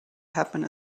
happen